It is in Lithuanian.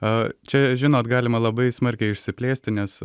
čia žinot galima labai smarkiai išsiplėsti nes